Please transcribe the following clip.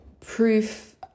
proof